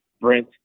Brent